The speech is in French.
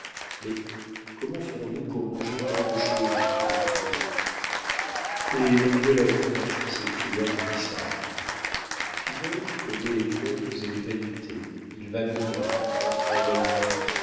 mais comment ferons-nous pour manger tant de choses dit popinot et l'homme de lettres s'écria gaudissart finot connaît les pompes et les vanités il va venir enfant naïf